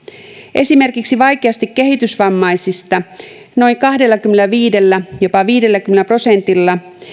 esimerkiksi vaikeasti kehitysvammaisista noin kahdellakymmenelläviidellä jopa viidelläkymmenellä prosentilla